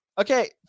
Okay